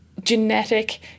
Genetic